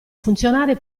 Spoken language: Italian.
funzionare